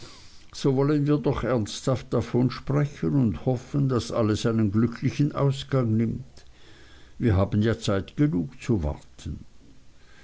so wollen wir doch ernsthaft davon sprechen und hoffen daß alles einen glücklichen ausgang nimmt wir haben ja zeit genug zu warten